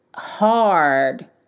hard